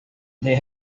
they